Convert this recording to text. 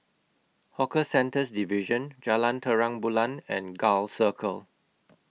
Hawker Centres Division Jalan Terang Bulan and Gul Circle